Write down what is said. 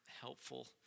helpful